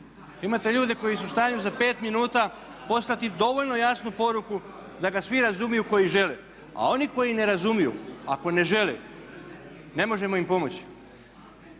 Imate ljude koji su u stanju za 5 minuta poslati dovoljno jasnu poruku da ga svi razumiju koji žele. A oni koji ne razumiju, ako ne žele, ne možemo im pomoći.